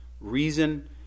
Reason